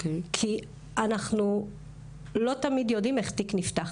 אנחנו לא תמיד יודעים איך תיק נפתח.